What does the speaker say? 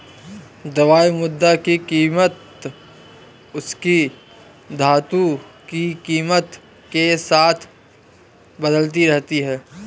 द्रव्य मुद्रा की कीमत उसकी धातु की कीमत के साथ बदलती रहती है